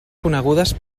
conegudes